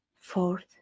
fourth